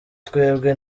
twebwe